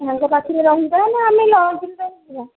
ସାଙ୍ଗ ପାଖରେ ରହିବା ନା ଆମେ ଲଜ୍ରେ ରହିଯିବା